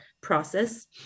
process